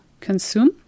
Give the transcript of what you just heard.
consume